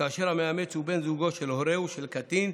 כאשר המאמץ הוא בן זוגו של הורהו של קטין,